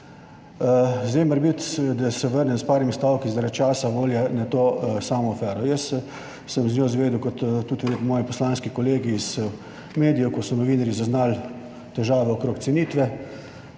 Zdaj morebiti, da se vrnem s par stavki zaradi časa, volje, na to samo afero. Jaz sem z njo izvedel, kot tudi verjetno moji poslanski kolegi, iz medijev, ko so novinarji zaznali težave okrog cenitve,